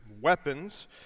weapons